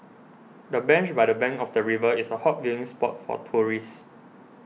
the bench by the bank of the river is a hot viewing spot for tourists